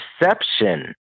perception